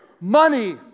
money